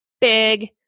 big